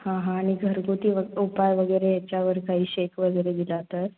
हां हां आणि घरगुती व उपाय वगैरे याच्यावर काही शेक वगैरे दिला तर